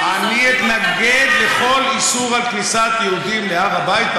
אני אתנגד לכל איסור של כניסת יהודים להר הבית,